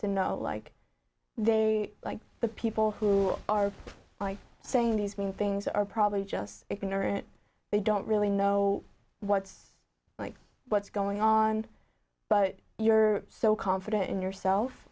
to know like they like the people who are saying these mean things are probably just ignorant they don't really know what's like what's going on but you're so confident in yourself